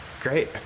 Great